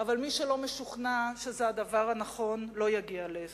אבל מי שלא משוכנע שזה הדבר הנכון לא יגיע להסדר.